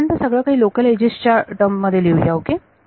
पहिल्यांदा सगळं काही लोकल एजेस च्या टर्म मध्ये लिहूया ओके